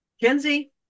Kenzie